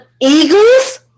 Eagles